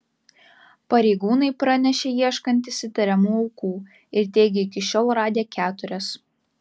pareigūnai pranešė ieškantys įtariamų aukų ir teigė iki šiol radę keturias